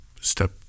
step